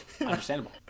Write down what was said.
understandable